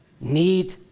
need